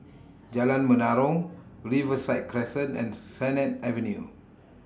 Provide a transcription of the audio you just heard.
Jalan Menarong Riverside Crescent and Sennett Avenue